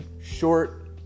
short